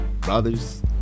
brothers